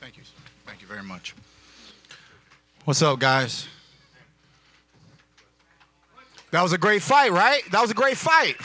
thank you thank you very much so guys that was a great fire right that was a great fight